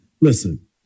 Listen